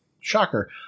shocker